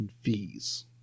fees